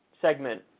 segment